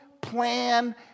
plan